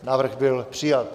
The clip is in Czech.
Návrh byl přijat.